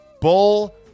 Bull